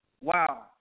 Wow